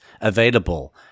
available